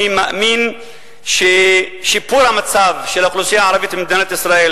אני מאמין ששיפור המצב של האוכלוסייה הערבית במדינת ישראל